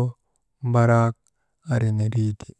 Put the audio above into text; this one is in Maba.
kaa, kulekgu kaa, momokgu kaa.